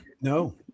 No